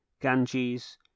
Ganges